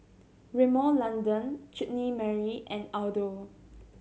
Rimmel London Chutney Mary and Aldo